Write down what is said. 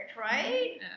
right